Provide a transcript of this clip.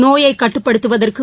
நோயை கட்டுப்படுத்துவதற்கு